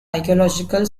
archaeological